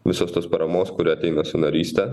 visos tos paramos kuri ateina su naryste